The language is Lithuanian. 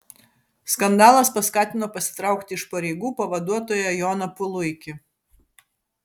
skandalas paskatino pasitraukti iš pareigų pavaduotoją joną puluikį